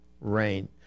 rain